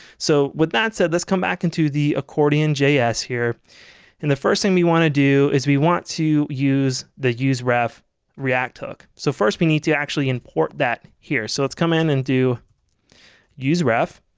so with that said, let's come back into the accordion js here and the first thing we want to do is we want to use the useref react hook. so first we need to actually import that here, so let's come in and do useref.